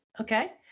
Okay